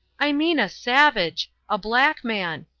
i mean a savage. a black man.